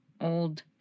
old